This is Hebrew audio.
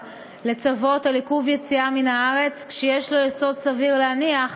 לצוות על עיכוב יציאה מהארץ כשיש לו יסוד סביר להניח